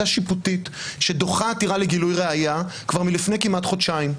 שיפוטית שדוחה עתירה לגילוי ראיה כבר מלפני כמעט חודשיים,